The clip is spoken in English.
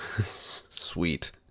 Sweet